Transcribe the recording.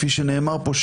כפי שנאמר פה,